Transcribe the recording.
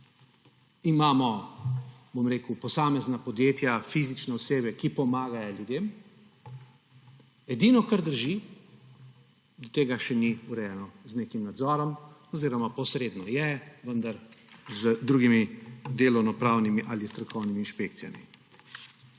domu, imamo posamezna podjetja, fizične osebe, ki pomagajo ljudem, edino, kar drži, da to še ni urejeno z nekim nadzorom oziroma posredno je, vendar z drugimi delovno-pravnimi ali strokovnimi inšpekcijami.